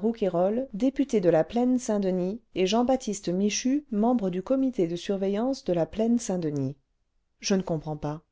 rouquayrol député de la plaine saint-denis et jean-baptiste michu membre du comité de surveillance de la plaine saint-denis je ne comprends pas